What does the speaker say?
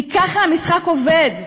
כי כך המשחק עובד,